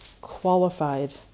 qualified